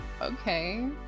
okay